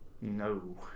No